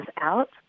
out